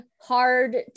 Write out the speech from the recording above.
hard